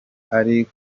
ari